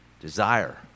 desire